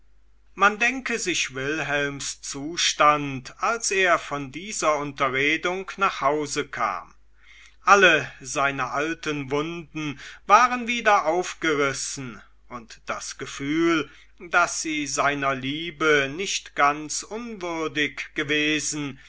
man denke sich wilhelms zustand als er von dieser unterredung nach hause kam alle seine alten wunden waren wieder aufgerissen und das gefühl daß sie seiner liebe nicht ganz unwürdig gewesen